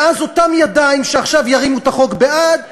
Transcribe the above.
ואז אותן ידיים שעכשיו יורמו בעד החוק,